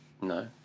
No